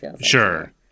Sure